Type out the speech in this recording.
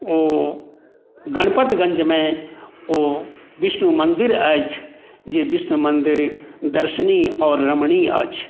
ओ गणपतगन्जमे ओ विष्णु मन्दिर अछि जे विष्णु मन्दिर दर्शनीय आओर रमणीय अछि